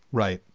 right.